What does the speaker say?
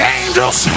angels